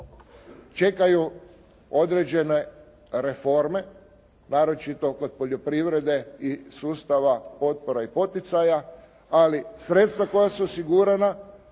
čekaju određene reforme, naročito kod poljoprivrede i sustava potpora i poticaja, ali sredstva koja su osigurana,